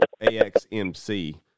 AXMC